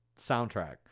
soundtrack